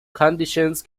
conditions